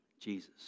Jesus